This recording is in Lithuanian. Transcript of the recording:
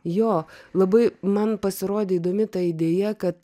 jo labai man pasirodė įdomi ta idėja kad